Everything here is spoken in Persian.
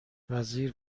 وزیر